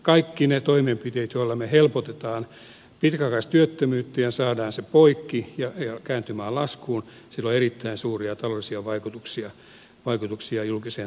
kaikilla niillä toimenpiteillä joilla me helpotamme pitkäaikaistyöttömyyttä ja saamme sen poikki ja kääntymään laskuun on erittäin suuria taloudellisia vaikutuksia julkiseen talouteen